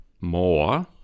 more